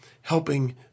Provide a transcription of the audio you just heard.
helping